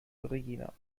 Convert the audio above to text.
regina